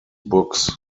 books